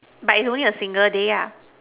but it's only a single day ah